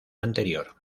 anterior